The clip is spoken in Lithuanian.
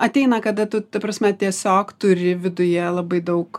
ateina kada tu ta prasme tiesiog turi viduje labai daug